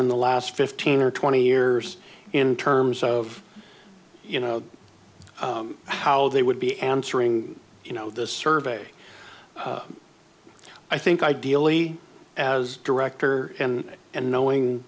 in the last fifteen or twenty years in terms of you know how they would be answering you know this survey i think ideally as director and and knowing